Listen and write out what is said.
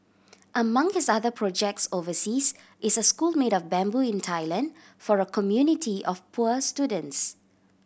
among his other projects overseas is a school made of bamboo in Thailand for a community of poor students